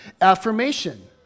affirmation